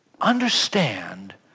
Understand